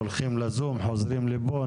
הולכים לזום, חוזרים לפה.